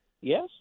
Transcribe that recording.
Yes